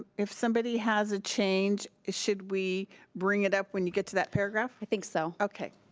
if somebody has a change, should we bring it up when you get to that paragraph? i think so. okay.